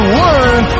learn